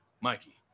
Mikey